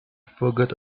forgot